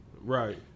Right